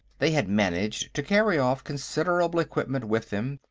they had managed to carry off considerable equipment with them,